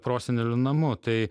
prosenelių namu tai